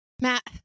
Matt